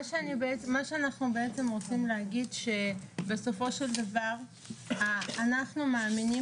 מה שאנחנו רוצים להגיד זה שבסופו של דבר אנחנו מאמינים